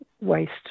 waste